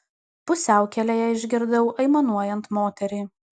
pusiaukelėje išgirdau aimanuojant moterį